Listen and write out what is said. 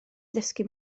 ddysgu